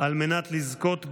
על מנת לזכות בה,